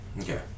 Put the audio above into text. Okay